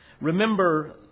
Remember